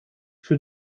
für